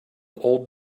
old